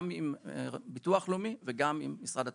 גם עם ביטוח לאומי וגם עם משרד התחבורה,